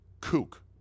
kook